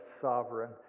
sovereign